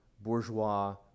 bourgeois